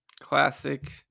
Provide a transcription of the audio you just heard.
classic